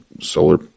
solar